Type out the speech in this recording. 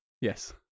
Yes